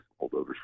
holdovers